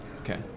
Okay